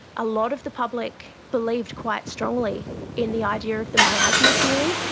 a lot of the public believed quite strongly in the idea of the miasma theory,